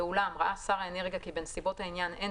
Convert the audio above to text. ואולם ראה שר האנרגיה כי בנסיבות העניין אין